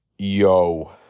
Yo